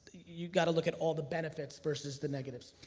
you gotta look at all the benefits versus the negatives.